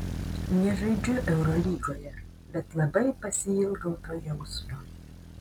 nežaidžiu eurolygoje bet labai pasiilgau to jausmo